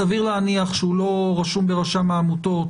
סביר להניח שהוא לא רשום ברשם העמותות,